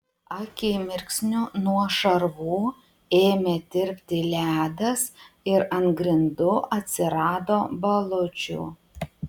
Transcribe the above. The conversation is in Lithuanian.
akimirksniu nuo šarvų ėmė tirpti ledas ir ant grindų atsirado balučių